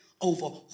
over